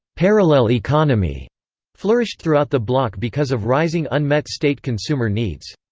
parallel economy flourished throughout the bloc because of rising unmet state consumer needs.